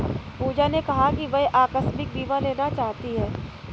पूजा ने कहा कि वह आकस्मिक बीमा लेना चाहती है